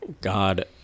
God